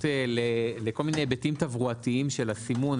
לכל מיני היבטים תברואתיים של הסימון.